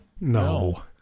No